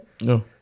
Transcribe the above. No